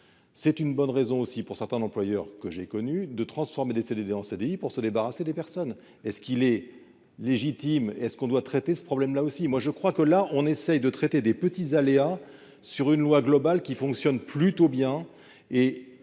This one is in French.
c'est une bonne raison, aussi, pour certains d'employeurs que j'ai connu de transformer des CDD en CDI, pour se débarrasser des personnes et ce qu'il est légitime et est ce qu'on doit traiter ce problème là aussi moi je crois que là, on essaye de traiter des petits aléas sur une loi globale qui fonctionne plutôt bien